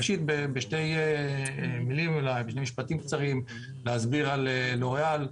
ראשית, בשני משפטים קצרים אסביר על לוריאל.